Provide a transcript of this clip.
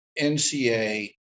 NCA